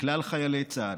לכלל חיילי צה"ל,